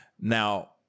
Now